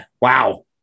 wow